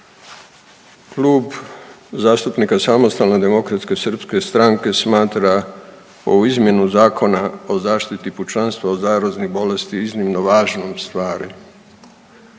Klub zastupnika SDSS-a smatra ovu izmjenu Zakona o zaštiti pučanstva od zaraznih bolesti iznimno važnom stvari